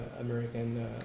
American